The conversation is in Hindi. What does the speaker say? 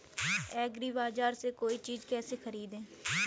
एग्रीबाजार से कोई चीज केसे खरीदें?